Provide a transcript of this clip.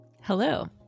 Hello